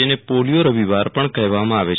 જેને પોલિયો રવિવાર પણ કહેવામાં આવે છે